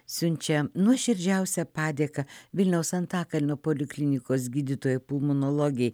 siunčia nuoširdžiausią padėką vilniaus antakalnio poliklinikos gydytojai pulmonologei